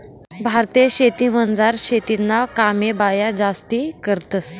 भारतीय शेतीमझार शेतीना कामे बाया जास्ती करतंस